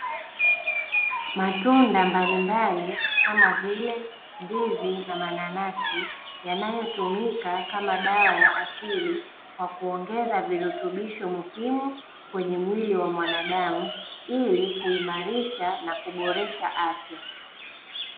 Matunda mbalimbali kama vile ndizi na mananasi yanayotumika kama dawa ya asili, kwa kuongeza virutubisho muhimu kwenye mwili wa mwanadamu, ili kuimarisha na kuboresha afya.